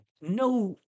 no